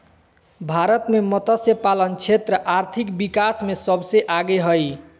भारत मे मतस्यपालन क्षेत्र आर्थिक विकास मे सबसे आगे हइ